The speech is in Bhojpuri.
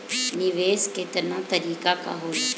निवेस केतना तरीका के होला?